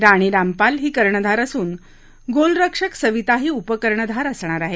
राणी रामपाल ही कर्णधार असून गोलरक्षक सविता ही उपकर्णधार असणार आहे